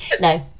No